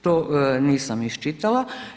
To nisam iščitala.